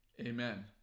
Amen